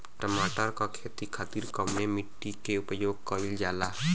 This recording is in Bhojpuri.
टमाटर क खेती खातिर कवने मिट्टी के उपयोग कइलजाला?